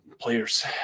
players